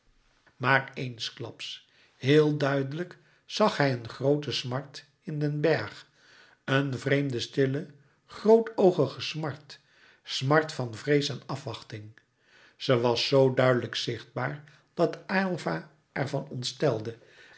maar eensklaps heel duidelijk zag hij een groote smart in den bergh een vreemde stille groot oogige smart smart van vrees en afwachting ze was z duidelijk zichtbaar dat aylva ervan